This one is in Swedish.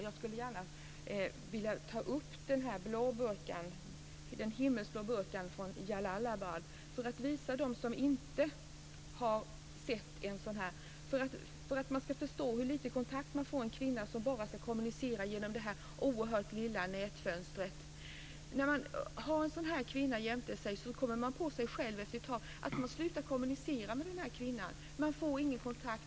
Jag skulle gärna ta upp den himmelsblå burkan från Jalalabad för att visa dem som inte har sett en sådan och för att man ska förstå hur lite kontakt man får med en kvinna som bara ska kommunicera genom ett oerhört litet nätfönster. När man har en sådan kvinna framför sig kommer man på sig själv efter ett tag att man slutat att kommunicera med kvinnan, man får ingen kontakt.